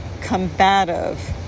combative